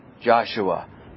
Joshua